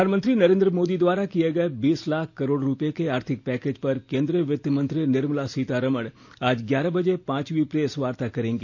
प्रधानमंत्री नरेंद्र मोदी द्वारा किये गये बीस लाख करोड़ रुपये के आर्थिक पैकेज पर केंद्रीय वित्त मंत्री निर्मला सीतारमण आज ग्यारह बजे पांचवीं प्रेस वार्ता करेंगी